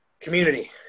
Community